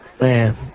Man